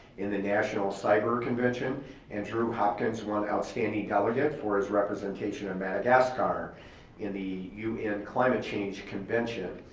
in the national cyber convention and drew hopkins won outstanding delegate for his representation of madagascar in the u n. climate change convention.